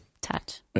touch